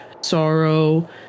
sorrow